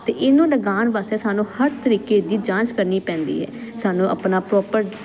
ਤੇ ਇਹਨੂੰ ਲਗਾਉਣ ਵਾਸਤੇ ਸਾਨੂੰ ਹਰ ਤਰੀਕੇ ਦੀ ਜਾਂਚ ਕਰਨੀ ਪੈਂਦੀ ਹੈ ਸਾਨੂੰ ਆਪਣਾ ਪ੍ਰੋਪਰ